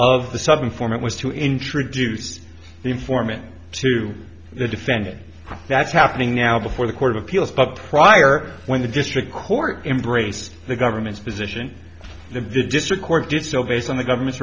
of the southern format was to introduce the informant to the defendant that's happening now before the court of appeals but prior when the district court embrace the government's position the district court did so based on the government's